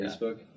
Facebook